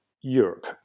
Europe